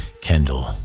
Kendall